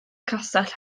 castell